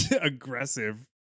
aggressive